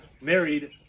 married